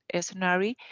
scenario